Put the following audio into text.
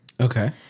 Okay